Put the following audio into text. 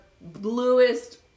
bluest